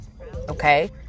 Okay